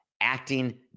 Acting